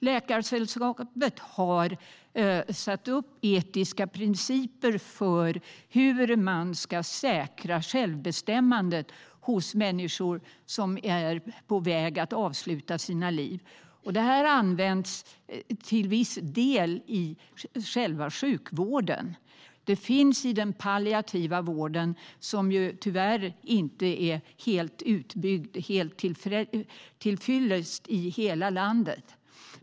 Läkarsällskapet har satt upp etiska principer för hur man ska säkra självbestämmandet hos människor som är på väg att avsluta sina liv. Detta används till viss del i själva sjukvården. Det finns i den palliativa vården, som tyvärr inte är helt utbyggd och helt till fyllest i hela landet.